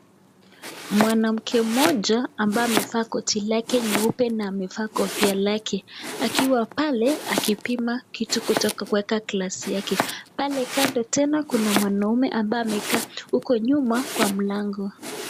Mwanamke mmoja ambaye amevaa koti lake nyeupe na amevaa kofia lake akiwa pale akipima kitu kutoka kwa glasi lake. Pale kando tena kuna mwanaume ambaye amekaa huko nyuma kwa mlango.